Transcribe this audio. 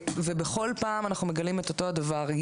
ובכל פעם אנחנו מגלים את אותו הדבר.